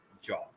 job